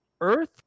Earth